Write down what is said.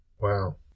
Wow